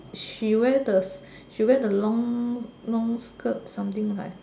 she wear the she wear the long long skirt something like